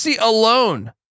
alone